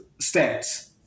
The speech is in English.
stats